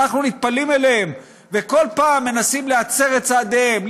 אנחנו נטפלים אליהם ובכל פעם מנסים להצר את צעדיהם,